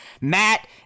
matt